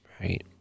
Right